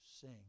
sing